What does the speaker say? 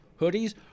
hoodies